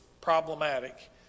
problematic